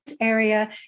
area